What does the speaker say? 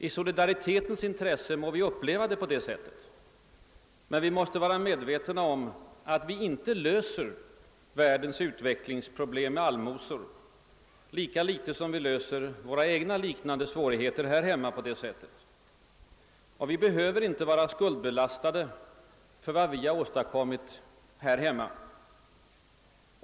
I solidaritetens intresse må vi uppleva det så, men vi måste vara medvetna om att vi inte löser världens utvecklingsproblem med allmosor, lika litet som vi löser våra egna liknande svårigheter här hemma på det sättet. Vi behöver inte känna oss skuldbelastade för vad vi har åstadkommit här hemma.